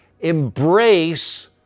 embrace